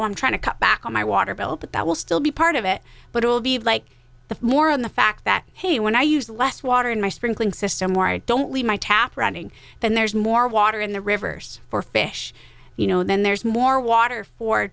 what i'm trying to cut back on my water bill but that will still be part of it but it will be like the more on the fact that hey when i use less water in my sprinkling system or i don't leave my tap running then there's more water in the rivers for fish you know then there's more water for